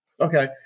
Okay